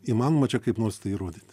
įmanoma čia kaip nors tai įrodyti